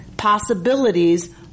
Possibilities